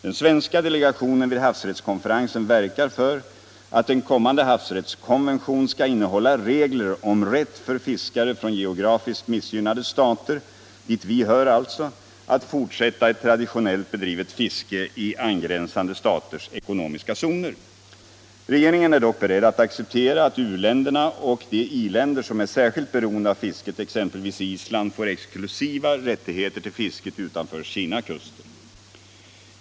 Den svenska delegationen vid havsrättskonferensen verkar för att en kommande havsrättskonvention skall innehålla regler om rätt för fiskare från geografiskt missgynnade stater, dit vi alltså hör, att fortsätta ett traditionellt bedrivet fiske i angränsande staters ekonomiska zoner. Regeringen är dock beredd att acceptera att u-länderna och de i-länder som är särskilt beroende av fisket, exempelvis Island, får exklusiva rättigheter till fisket utanför sina kuster.